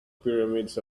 pyramids